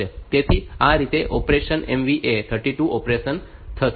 તેથી આ રીતે આ ઓપરેશન MVI A 32 ઓપરેશન થશે